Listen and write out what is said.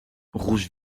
rouge